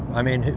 i mean,